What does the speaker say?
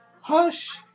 Hush